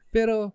Pero